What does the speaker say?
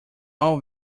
all